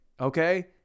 Okay